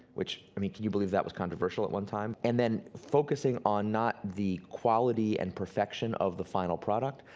which, i mean can you believe that was controversial at one time? and then focusing on, not the quality and perfection of the final product,